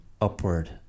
upward